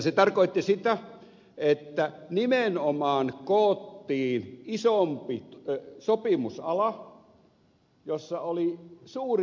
se tarkoitti sitä että nimenomaan koottiin isompi sopimusala jossa oli suuri palkkasumma käytettävissä